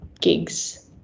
gigs